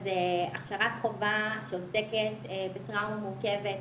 אז הכשרת חובה שעוסקת בטראומה מורכבת,